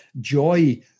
joy